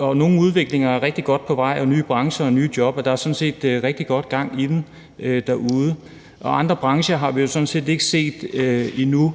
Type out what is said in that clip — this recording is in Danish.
nogle udviklinger og nye brancher og nye job er rigtig godt på vej, og der er sådan set rigtig godt gang i den derude, og andre brancher har vi ikke set endnu,